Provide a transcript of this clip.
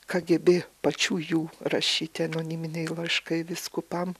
kgb pačių jų rašyti anoniminiai laiškai vyskupam